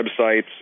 websites